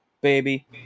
baby